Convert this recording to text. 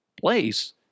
place